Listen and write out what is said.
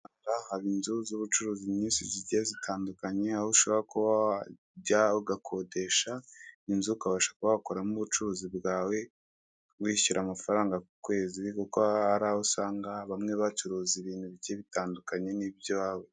Aha haba inzu z'ubucuruzi nyinshi zigiye zitandukanye aho ushobora kuba wajya ugakodesha inzu ukabasha kuba wakoreramo ubucuruzi bwawe, wishyura amafaranga ku kwezi kuko haraho usanga bamwe bacuruza ibintu bigiye bitandukanye niby'iwabo.